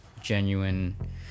genuine